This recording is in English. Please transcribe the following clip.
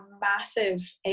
massive